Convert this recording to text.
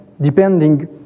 depending